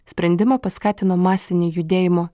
sprendimą paskatino masiniai judėjimo